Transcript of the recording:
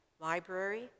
library